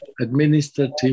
administrative